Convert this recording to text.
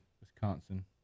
Wisconsin